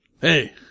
Hey